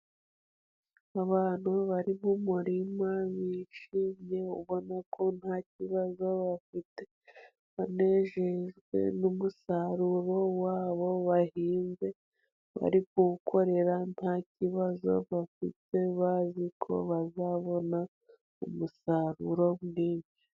Abantu bari mu murima bishimye ubona ko nta kibazo bafite, banejejwe n'umusaruro wa bo bahinze, bari kuwukorera nta kibazo bafite, bazi ko bazabona umusaruro bibi.